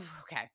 okay